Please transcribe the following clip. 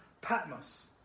Patmos